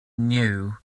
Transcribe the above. knew